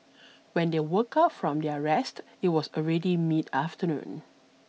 when they woke up from their rest it was already mid afternoon